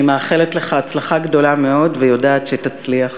אני מאחלת לך הצלחה גדולה מאוד ויודעת שתצליח.